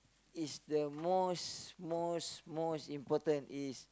it's the most most most important is